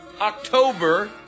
October